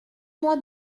moi